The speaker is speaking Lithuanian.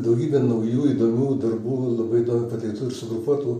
daugybė naujų įdomių darbų labai įdomiai pateiktų ir sugrupuotų